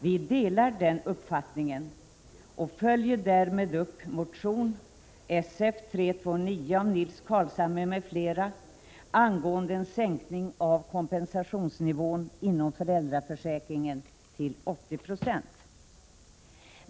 Vi delar den uppfattningen och följer därmed upp motion §f329 av Nils Carlshamre m.fl. angående en sänkning av kompensationsnivån inom föräldraförsäkringen till 80 20.